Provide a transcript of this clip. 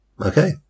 Okay